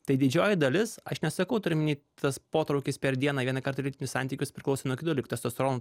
tai didžioji dalis aš nesakau turiu omeny tas potraukis per dieną vieną kartą lytinius santykius priklauso nuo kitų dalykų testosterono